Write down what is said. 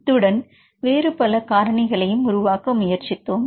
இத்துடன் வேறு பல காரணிகளையும் உருவாக்க முயற்சித்தோம்